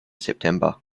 september